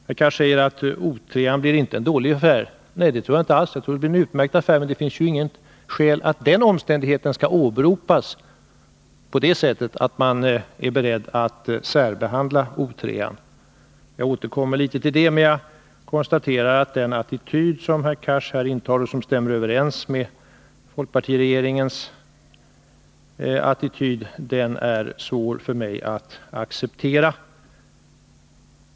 Herr Cars säger att O 3 inte blir en dålig affär. Nej, det tror jag inte alls — jag tror att det är en utmärkt affär. Men det finns ju inget skäl att den omständigheten skall åberopas på det sättet att man är beredd att särbehandla O 3. Jag återkommer litet till det, men jag konstaterar att den attityd som herr Cars intar och som stämmer överens med folkpartiregeringens attityd är svår för mig att acceptera.